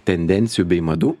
tendencijų bei madų